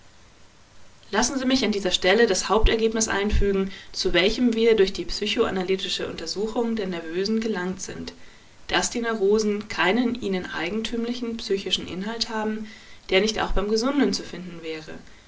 lassen sie mich an dieser stelle das hauptergebnis einfügen zu welchem wir durch die psychoanalytische untersuchung der nervösen gelangt sind daß die neurosen keinen ihnen eigentümlichen psychischen inhalt haben der nicht auch beim gesunden zu finden wäre